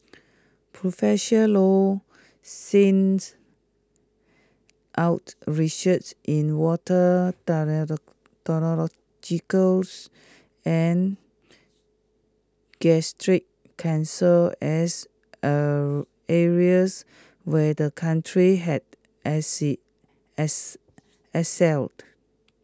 professor low out research in water and gastric cancer as areas where the country had excelled